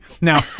Now